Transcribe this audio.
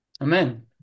Amen